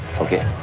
okay.